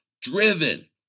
driven